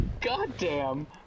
goddamn